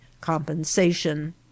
compensation